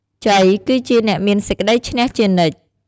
ជ័យ គឺជាអ្នកមានសេចក្តីឈ្នះជានិច្ច។